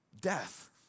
Death